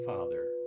Father